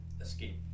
Escape